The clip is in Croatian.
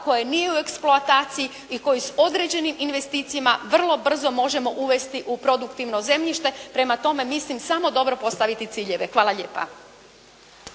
koje nije u eksploataciji i koje su određenim investicima vrlo brzo možemo uvesti u produktivno zemljište, prema tome mislim samo dobro postaviti ciljeve. Hvala lijepa.